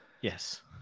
Yes